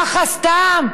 ככה סתם,